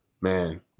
man